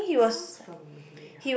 sounds familiar